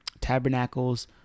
tabernacles